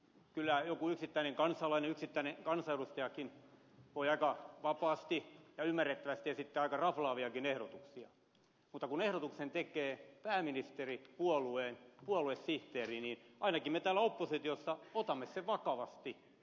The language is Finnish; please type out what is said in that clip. kyllä joku yksittäinen kansalainen yksittäinen kansanedustajakin voi aika vapaasti ja ymmärrettävästi esittää aika raflaaviakin ehdotuksia mutta kun ehdotuksen tekee pääministeripuolueen puoluesihteeri niin ainakin me täällä oppositiossa otamme sen vakavasti